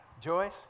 Joyce